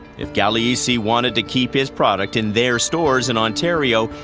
if gagliese wanted to keep his product in their stores in ontario,